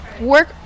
work